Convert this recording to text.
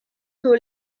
tool